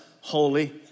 Holy